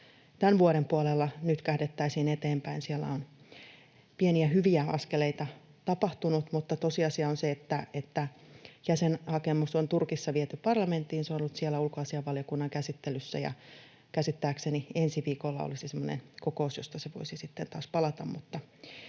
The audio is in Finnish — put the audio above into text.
tämän vuoden puolella nytkähdettäisiin eteenpäin. Siellä on pieniä hyviä askeleita tapahtunut, mutta tosiasia on se, että jäsenhakemus on Turkissa viety parlamenttiin, se on ollut siellä ulkoasiainvaliokunnan käsittelyssä ja käsittääkseni ensi viikolla olisi semmoinen kokous, josta se voisi sitten